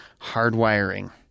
hardwiring